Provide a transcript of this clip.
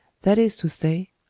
that is to say,